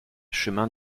chemin